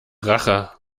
rache